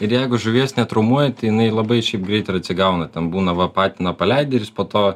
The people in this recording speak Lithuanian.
ir jeigu žuvies netraumuojat tai jinai labai šiaip greit ir atsigauna ten būna va patiną paleidi ir jis po to